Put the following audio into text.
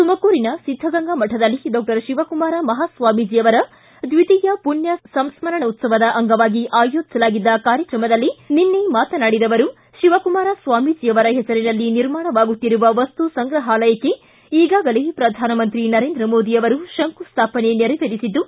ತುಮಕೂರಿನ ಸಿದ್ದಗಂಗಾ ಮಠದಲ್ಲಿ ಡಾಕ್ಟರ್ ಶಿವಕುಮಾರ್ ಮಹಾಸ್ವಾಮೀಜಿ ಅವರ ದ್ವಿತೀಯ ಪುಣ್ವ ಸಂಸ್ಗರಣೋತ್ಸವದ ಅಂಗವಾಗಿ ಆಯೋಜಿಸಲಾಗಿದ್ದ ಕಾರ್ಯಕ್ರಮದಲ್ಲಿ ನಿನ್ನೆ ಮಾತನಾಡಿದ ಅವರು ಶಿವಕುಮಾರ್ ಸ್ವಾಮೀಜಿ ಅವರ ಹೆಸರಿನಲ್ಲಿ ನಿರ್ಮಾಣವಾಗುತ್ತಿರುವ ಮಸ್ತು ಸಂಗ್ರಹಾಲಯಕ್ಕೆ ಈಗಾಗಲೇ ಪ್ರಧಾನಮಂತ್ರಿ ನರೇಂದ್ರ ಮೋದಿ ಅವರು ಶಂಕುಸ್ಥಾಪನೆ ನೆರವೇರಿಸಿದ್ದು